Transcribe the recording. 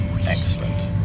excellent